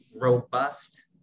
robust